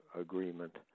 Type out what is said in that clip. agreement